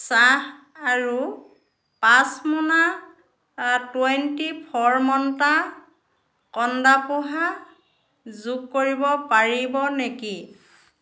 চাহ আৰু পাঁচমোনা টুৱেন্টি ফ'ৰ মোন্টা কন্দা পোহা যোগ কৰিব পাৰিব নেকি